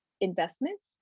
investments